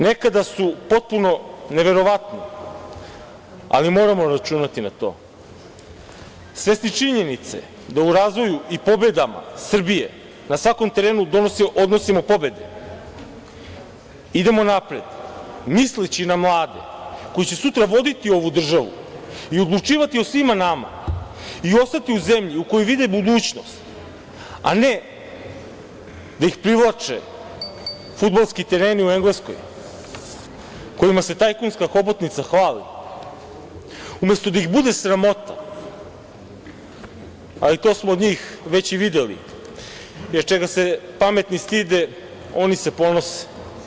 Nekada su potpuno neverovatni, ali moramo računati na to, svesni činjenice da u razvoju i pobedama Srbije na svakom terenu odnosimo pobede, idemo napred misleći na mlade koji će sutra voditi ovu državu i odlučivati o svima nama i ostati u zemlji u kojoj vide budućnost, a ne da ih privlače fudbalski tereni u Engleskoj kojima se tajkunska hobotnica hvali, umesto da ih bude sramota, ali to smo od njih već i videli, jer čega se pametni stide oni se ponose.